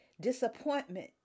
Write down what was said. disappointment